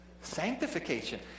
Sanctification